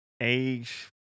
age